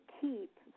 keep